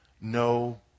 no